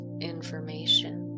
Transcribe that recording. information